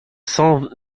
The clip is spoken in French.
cents